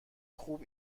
خوب